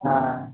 हँ